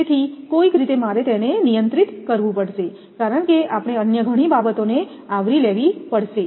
તેથી કોઈક રીતે મારે તેને નિયંત્રિત કરવું પડશે કારણ કે આપણે અન્ય ઘણી બાબતોને આવરી લેવી પડશે